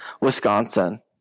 Wisconsin